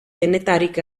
denetarik